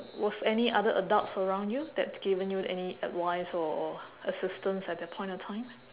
was any other adults around you that given you any advice or or assistance at that point of time